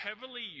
heavily